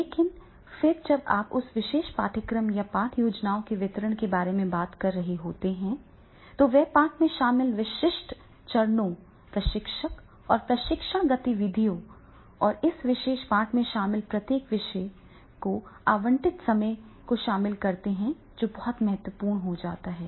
लेकिन फिर जब आप उस विशेष पाठ्यक्रम या पाठ योजना के वितरण के बारे में बात कर रहे होते हैं तो वे पाठ में शामिल विशिष्ट चरणों प्रशिक्षक और प्रशिक्षण गतिविधियों और इस विशेष पाठ में शामिल प्रत्येक विषय को आवंटित समय को शामिल करते हैं जो बहुत महत्वपूर्ण हो जाता है